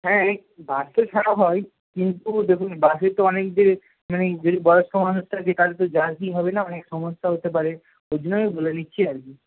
হ্যাঁ এই বাস তো ছাড়া হয় কিন্তু দেখুন বাসে তো অনেকের মানে যদি বয়স্ক মানুষ থাকে তাহলে তো জার্কিং হবে না অনেক সমস্যা হতে পারে ওই জন্য আমি বলে নিচ্ছি আর কি